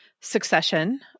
Succession